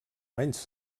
menys